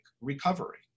recovery